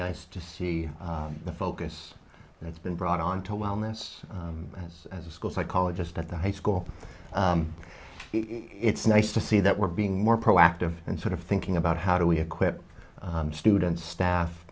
nice to see the focus that's been brought on to wellness as as a school psychologist at the high school it's nice to see that we're being more proactive and sort of thinking about how do we equip students staff